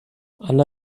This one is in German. anna